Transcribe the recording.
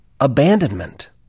abandonment